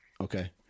Okay